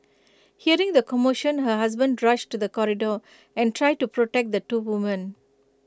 hearing the commotion her husband rushed to the corridor and tried to protect the two women